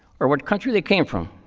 or what country they came from.